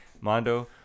Mondo